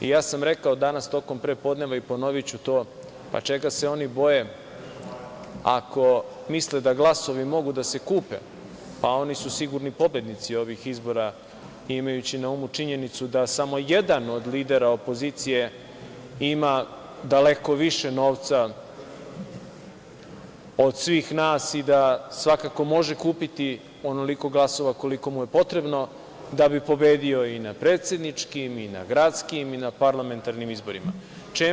Ja sam rekao danas tokom prepodneva i ponoviću to - čega se oni boje ako misle da glasovi mogu da se kupe, pa oni su sigurni pobednici ovih izbora, imajući na umu činjenicu da samo jedan od lidera opozicije ima daleko više novca od svih nas i da, svakako može kupiti onoliko glasova koliko mu je potrebno da bi pobedio i na predsedničkim, i na gradskim, i na parlamentarnim izborima.